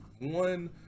one